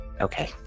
Okay